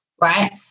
right